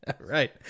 Right